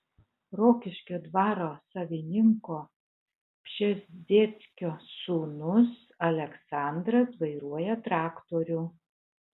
rokiškio dvaro savininko pšezdzieckio sūnus aleksandras vairuoja traktorių